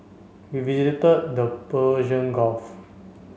we visited the Persian Gulf